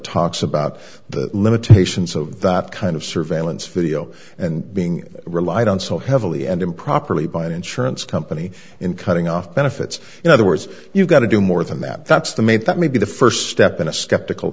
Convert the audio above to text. talks about the limitations of that kind of surveillance video and being relied on so heavily and improperly by an insurance company in cutting off benefits in other words you've got to do more than that that's the maid that may be the st step in a skeptical